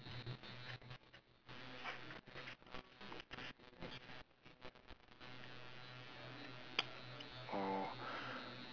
oh